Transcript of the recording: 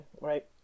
Right